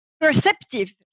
perceptive